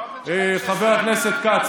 חבר הכנסת רוטמן.